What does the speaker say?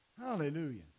Hallelujah